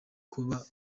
kuba